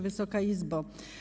Wysoka Izbo!